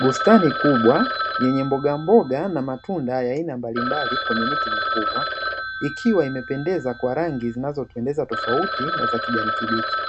Bustani kubwa yenye mbogamboga na matunda ya aina mbalimbali kwenye miti mikubwa, ikiwa imependeza kwa rangi zinazopendeza tofauti na za kijani kibichi.